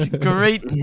Great